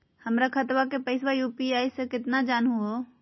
हमर खतवा के पैसवा यू.पी.आई स केना जानहु हो?